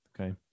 Okay